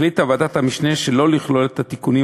החליטה ועדת המשנה שלא לכלול את התיקונים